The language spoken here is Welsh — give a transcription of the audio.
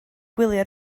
gwylio